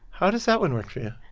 how does that one work for you?